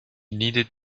needed